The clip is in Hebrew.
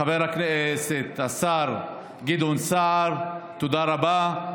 חבר הכנסת, השר גדעון סער, תודה רבה.